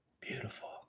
beautiful